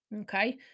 Okay